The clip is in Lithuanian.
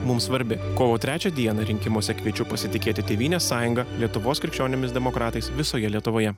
mums svarbi kovo trečią dieną rinkimuose kviečiu pasitikėti tėvynės sąjunga lietuvos krikščionimis demokratais visoje lietuvoje